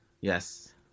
Yes